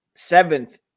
Seventh